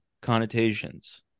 connotations